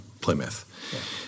Plymouth